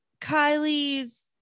Kylie's